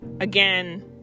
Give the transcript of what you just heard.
Again